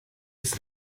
ist